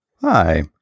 Hi